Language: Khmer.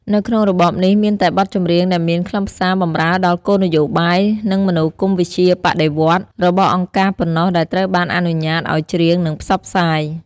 នៅក្នុងរបបនេះ មានតែបទចម្រៀងដែលមានខ្លឹមសារបម្រើដល់ គោលនយោបាយ និងមនោគមវិជ្ជាបដិវត្តន៍ របស់អង្គការប៉ុណ្ណោះដែលត្រូវបានអនុញ្ញាតឱ្យច្រៀង និងផ្សព្វផ្សាយ។